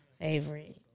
favorite